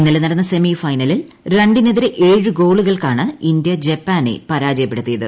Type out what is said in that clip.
ഇന്നലെ നടന്ന സെമി ഫൈനലിൽ രണ്ടിനെതിരെ ഏഴ് ഗോളുകൾക്കാണ് ഇന്ത്യ ജപ്പാനെ പരാജയപ്പെ ടുത്തിയത്